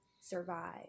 survive